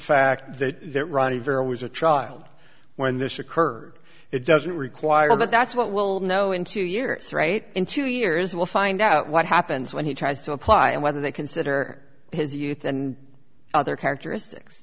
fact that vera was a child when this occurred it doesn't require but that's what we'll know in two years right in two years we'll find out what happens when he tries to apply and whether they consider his youth and other characteristics